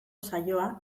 saioa